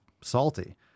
salty